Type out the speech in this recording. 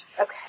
Okay